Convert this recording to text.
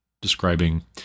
describing